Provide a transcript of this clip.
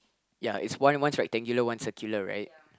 ya it's one one rectangular one circular right